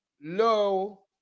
low